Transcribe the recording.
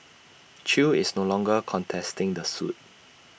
chew is no longer contesting the suit